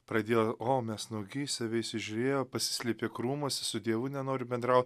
pradėjo o mes nuogi į save įsižiūrėjo pasislėpė krūmuose su dievu nenoriu bendraut